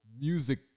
music